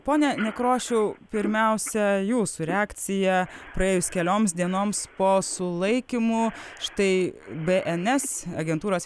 pone nekrošiau pirmiausia jūsų reakcija praėjus kelioms dienoms po sulaikymo štai be en es agentūros